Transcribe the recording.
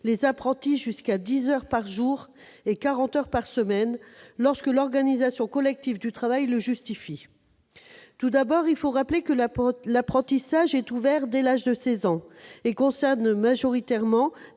les apprentis jusqu'à dix heures par jour et quarante heures par semaine lorsque l'organisation collective du travail le justifie. Il faut tout d'abord rappeler que l'apprentissage est ouvert dès l'âge de 16 ans et qu'il concerne majoritairement